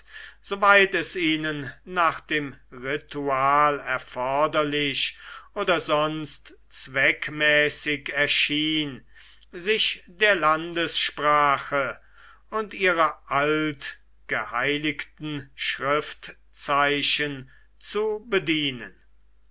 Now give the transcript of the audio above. soweit es ihnen nach dem ritual erforderlich oder sonst zweckmäßig erschien sich der landessprache und ihrer altgeheiligten schriftzeichen zu bedienen